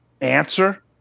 answer